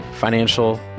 financial